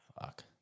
Fuck